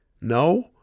No